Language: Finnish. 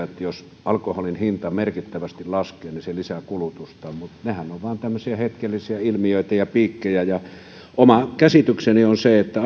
että jos alkoholin hinta merkittävästi laskee niin se lisää kulutusta mutta nehän ovat vain tämmöisiä hetkellisiä ilmiöitä ja piikkejä ja oma käsitykseni on se että